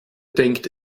denkt